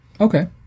Okay